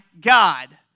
God